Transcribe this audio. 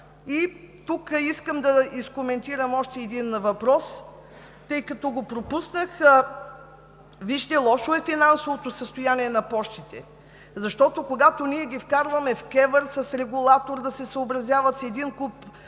И тук искам да изкоментирам още един въпрос, тъй като го пропуснах. Вижте, лошо е финансовото състояние на Пощите, защото когато ние ги вкарваме в КЕВР, с регулатор да се съобразяват и с един куп